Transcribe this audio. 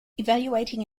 evaluating